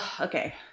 okay